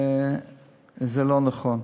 זה לא נכון.